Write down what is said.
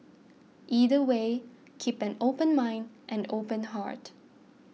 either way keep an open mind and open heart